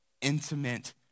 intimate